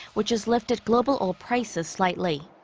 which has lifted global oil prices slightly.